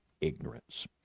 ignorance